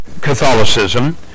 Catholicism